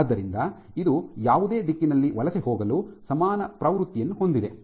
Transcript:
ಆದ್ದರಿಂದ ಇದು ಯಾವುದೇ ದಿಕ್ಕಿನಲ್ಲಿ ವಲಸೆ ಹೋಗಲು ಸಮಾನ ಪ್ರವೃತ್ತಿಯನ್ನು ಹೊಂದಿದೆ